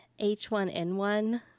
H1N1